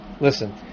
Listen